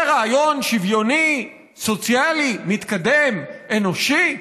זה רעיון שוויוני, סוציאלי, מתקדם, אנושי?